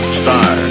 star